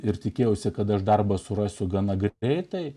ir tikėjausi kad aš darbą surasiu gana greitai